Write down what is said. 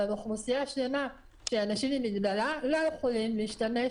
אבל אוכלוסייה שלמה של אנשים עם מגבלה לא יכולים להשתמש